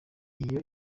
iyo